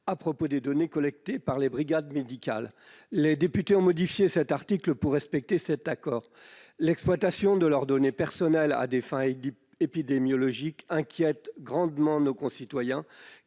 à propos des données collectées par les brigades médicales. Les députés ont modifié cet article pour respecter cet accord. L'exploitation de leurs données personnelles à des fins épidémiologiques inquiète grandement nos concitoyens,